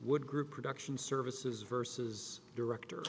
would group production services verses director